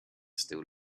still